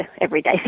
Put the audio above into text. everyday